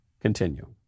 continue